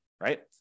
right